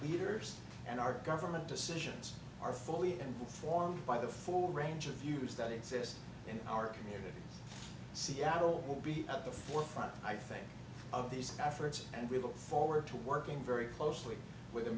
leaders and our government decisions are fully informed by the full range of views that exist in our community seattle will be at the forefront i think of these efforts and we look forward to working very closely with the